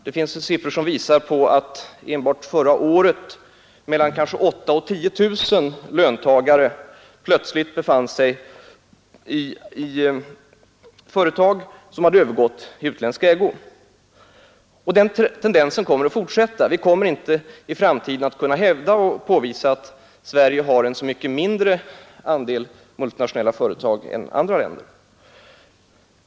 Det finns siffror som visar att enbart förra året mellan 8 000 och 10 000 löntagare befann sig i företag, som plötsligt hade övergått i utländsk ägo. Den tendensen kommer att fortsätta. Vi kommer inte i framtiden att kunna påvisa att Sverige har en så mycket mindre andel multinationella företag än andra länder.